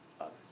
others